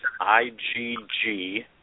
IGG